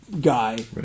guy